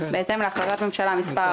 בהתאם להחלטת ממשלה מספר